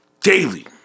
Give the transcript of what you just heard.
Daily